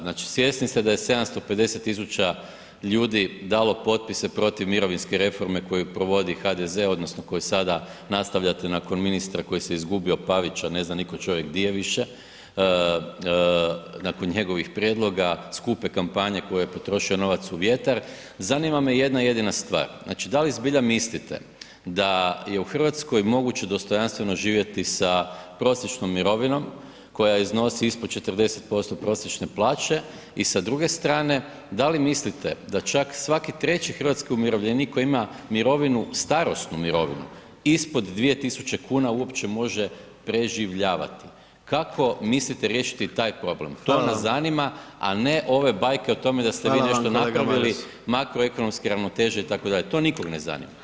Znači, svjesni ste da je 750 000 ljudi dalo potpise protiv mirovinske reforme koju provodi HDZ odnosno koju sada nastavljate nakon ministra koji se izgubio, Pavića, ne zna nitko čovjek di je više, nakon njegovih prijedloga, skupe kampanje koji je potrošio novac u vjetar, zanima me jedna jedina stvar, znači da li zbilja mislite da je u RH moguće dostojanstveno živjeti sa prosječnom mirovinom koja iznosi ispod 40% prosječne plaće i sa druge strane da li mislite da čak svaki treći hrvatski umirovljenik koji ima mirovinu, starosnu mirovinu ispod 2000 kn uopće može preživljavati, kako mislite riješiti taj problem, to me zanima a ne ove bajke o tome da se ste vi nešto napravili, makroekonomske ravnoteže itd., to nikog ne zanima, hvala vam lijepa.